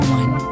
one